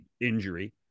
injury